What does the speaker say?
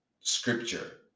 scripture